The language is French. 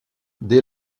dès